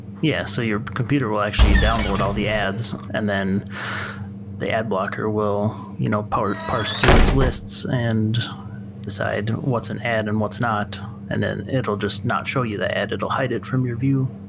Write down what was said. yeah, so your computer will actually download all the ads and then the ad blocker will you know parse through its lists and decide what's an ad and what's not. and then it'll just not show you the ad. it'll hide it from your view